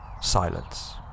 silence